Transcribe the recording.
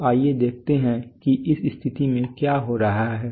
तो आइए देखते हैं कि इस स्थिति में क्या हो रहा है